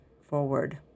forward